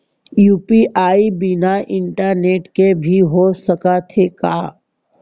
UPI बिना internet के भी हो सकत हे का?